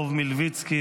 לא רחוק מפה,